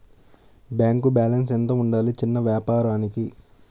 Bank balance ఎంత ఉండాలి చిన్న వ్యాపారానికి?